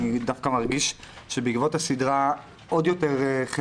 אני דווקא מרגיש שבעקבות הסדרה עוד יותר אנשים,